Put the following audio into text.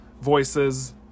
voices